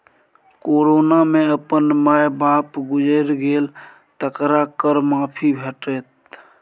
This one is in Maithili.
कोरोना मे अपन माय बाप गुजैर गेल तकरा कर माफी भेटत